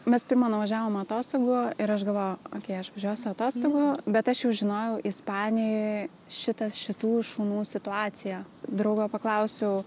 mes pirma nuvažiavom atostogų ir aš galvojau okei aš važiuosiu atostogų bet aš jau žinojau ispanijoj šitas šitų šunų situaciją draugo paklausiau